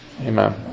Amen